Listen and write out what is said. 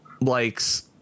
likes